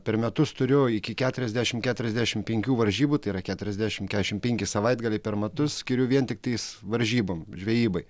per metus turiu iki keturiasdešimt keturiasdešimt penkių varžybų tai yra keturiasdešimt kiatšim penki savaitgaliai per metus skiriu vien tiktais varžybom žvejybai